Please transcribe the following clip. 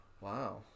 Wow